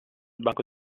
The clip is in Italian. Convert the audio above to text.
banco